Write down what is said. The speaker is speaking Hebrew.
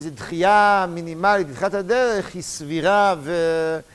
היא דחייה מינימלית, בתחילת הדרך היא סבירה ו...